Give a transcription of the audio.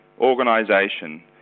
organization